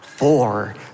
Four